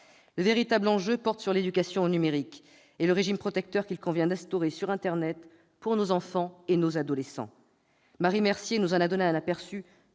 Le véritable enjeu porte sur l'éducation au numérique et le régime protecteur qu'il convient d'instaurer sur internet pour nos enfants et nos adolescents. Marie Mercier nous en a donné un aperçu